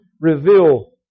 reveal